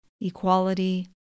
equality